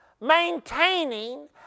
maintaining